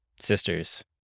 sisters